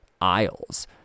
aisles